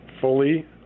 fully